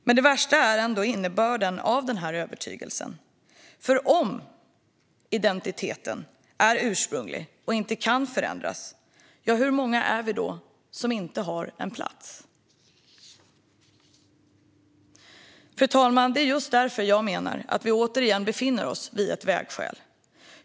Men det värsta är ändå innebörden av den här övertygelsen, för om identiteten är ursprunglig och inte kan förändras, hur många är vi då som inte har en plats? Fru talman! Det är just därför som jag menar att vi återigen befinner oss vid ett vägskäl.